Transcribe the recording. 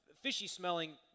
fishy-smelling